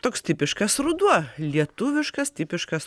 toks tipiškas ruduo lietuviškas tipiškas